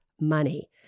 money